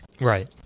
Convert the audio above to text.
Right